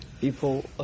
people